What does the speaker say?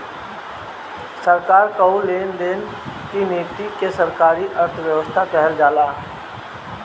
सरकार कअ लेन देन की नीति के सरकारी अर्थव्यवस्था कहल जाला